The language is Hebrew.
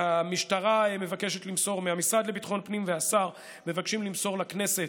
מהמשרד לביטחון פנים והשר מבקשים למסור לכנסת